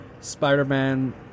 Spider-Man